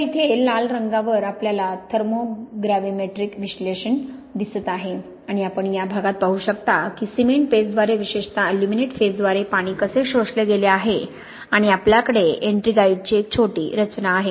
तर इथे लाल रंगावर आपल्याला थर्मोग्रॅविमेट्रिक विश्लेषण दिसत आहे आणि आपण या प्रदेशात पाहू शकता की सिमेंट पेस्टद्वारे विशेषत अल्युमिनेट फेजद्वारे पाणी कसे शोषले गेले आहे आणि आपल्याकडे एट्रिंगाइटची एक छोटी रचना आहे